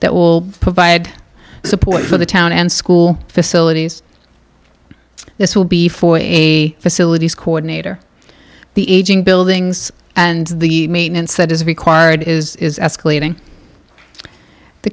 that will provide support for the town and school facilities this will be for the facilities coordinator the aging buildings and the maintenance that is required is escalating the